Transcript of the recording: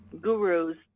gurus